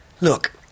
Look